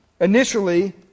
initially